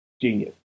Genius